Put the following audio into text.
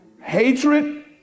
hatred